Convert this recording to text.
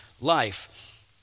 life